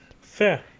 Fair